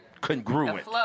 Congruent